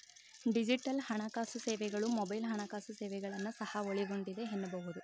digital ಹಣಕಾಸು ಸೇವೆಗಳು mobile ಹಣಕಾಸು ಸೇವೆಗಳನ್ನ ಸಹ ಒಳಗೊಂಡಿದೆ ಎನ್ನಬಹುದು